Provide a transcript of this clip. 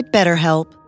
BetterHelp